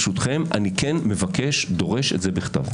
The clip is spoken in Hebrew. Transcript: ברשותכם אני כן מבקש ודורש את זה בכתב.